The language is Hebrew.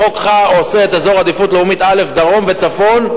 החוק עושה את אזור עדיפות לאומית א' דרום וצפון,